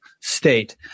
state